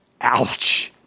Ouch